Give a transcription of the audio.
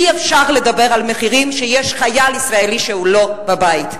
אי-אפשר לדבר על מחירים כשיש חייל ישראלי שהוא לא בבית.